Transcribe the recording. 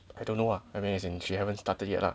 I don't know ah I mean as in she haven't started yet lah